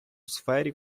сфері